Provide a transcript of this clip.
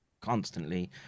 constantly